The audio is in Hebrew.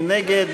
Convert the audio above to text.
מי נגד?